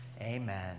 Amen